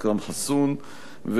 יכהן חבר הכנסת אכרם חסון.